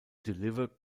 deliver